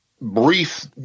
brief